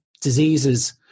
diseases